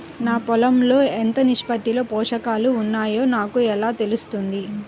నా పొలం లో ఎంత నిష్పత్తిలో పోషకాలు వున్నాయో నాకు ఎలా తెలుస్తుంది?